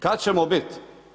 Kad ćemo biti?